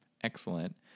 excellent